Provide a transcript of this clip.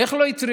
איך לא התריעו?